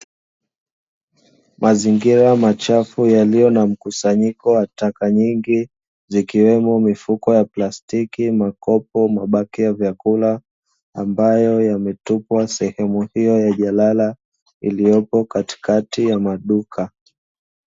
Mazingira machafu yaliyo na mkusanyiko wa taka nyingi zikiwemo: mifuko ya plastiki, makopo, mabakia vyakula, ambayo yametupwa sehemu hiyo ya jalala iliyopo katikati ya maduka.